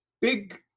big